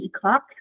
clock